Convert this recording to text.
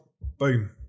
boom